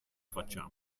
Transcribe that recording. facciamo